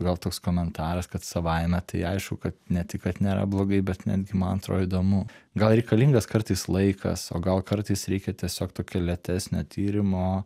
gal toks komentaras kad savaime tai aišku kad ne tik kad nėra blogai bet netgi man atrodo įdomu gal reikalingas kartais laikas o gal kartais reikia tiesiog tokio lėtesnio tyrimo